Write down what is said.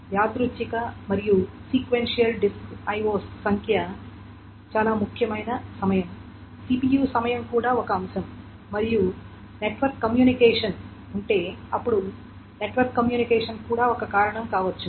యాదృచ్ఛిక మరియు sequential disk IOs సంఖ్య చాలా ముఖ్యమైన సమయం CPU సమయం కూడా ఒక అంశం మరియు నెట్వర్క్ కమ్యూనికేషన్ ఉంటే అప్పుడు నెట్వర్క్ కమ్యూనికేషన్ కూడా ఒక కారణం కావచ్చు